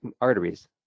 arteries